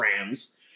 Rams